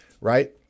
Right